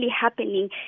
happening